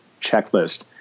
checklist